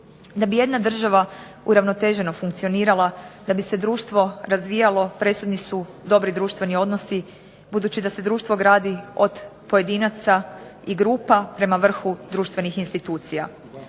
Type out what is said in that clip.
Da bi jedna država uravnoteženo funkcionirala, da bi se društvo razvijalo presudni su dobri društveni odnosi budući da se društvo gradi od pojedinaca i grupa prema vrhu društvenih institucija.